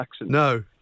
No